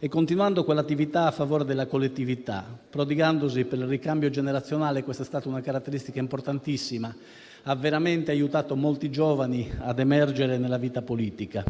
e l'attività a favore della collettività, prodigandosi per il ricambio generazionale. Questa è stata una caratteristica importantissima, grazie alla quale ha aiutato molti giovani ad emergere nella vita politica,